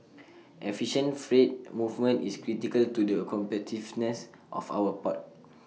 efficient freight movement is critical to the competitiveness of our port